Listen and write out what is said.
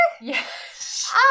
Yes